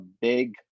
big